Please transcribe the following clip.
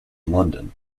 london